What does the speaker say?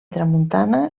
tramuntana